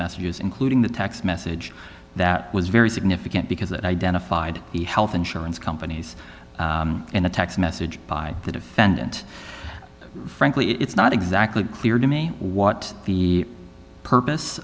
messages including the text message that was very significant because it identified the health insurance companies in the text message by the defendant frankly it's not exactly clear to me what the purpose